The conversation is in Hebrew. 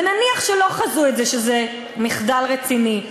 ונניח שלא חזו את זה, וזה מחדל רציני,